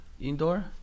indoor